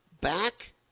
back